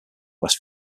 west